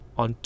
on